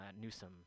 Newsom